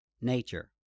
Nature